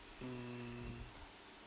mm